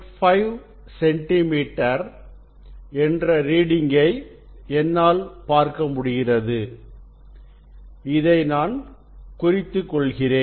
5 centimetre என்ற reading கை என்னால் பார்க்க முடிகிறது நான் இதை குறித்துக் கொள்கிறேன்